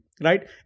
Right